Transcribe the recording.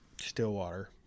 Stillwater